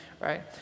right